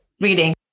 reading